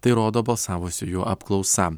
tai rodo balsavusiųjų apklausa